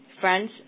friends